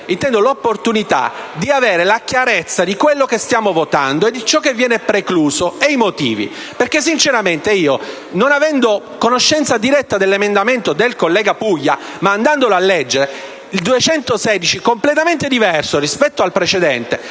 intendo è l'opportunità di avere chiarezza su quello che stiamo votando, su ciò che viene precluso e sui motivi. Sinceramente, non avendo conoscenza diretta dell'emendamento del collega Puglia e andandolo a leggere, noto che l'emendamento 7.216 è completamente diverso rispetto al precedente: